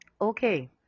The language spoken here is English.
okay